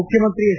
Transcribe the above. ಮುಖ್ಯಮಂತ್ರಿ ಎಚ್